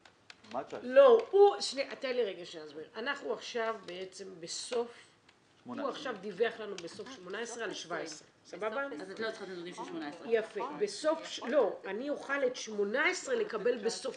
הוא עכשיו דיווח לנו בסוף 18 על 17. אני אוכל את 18 לקבל בסוף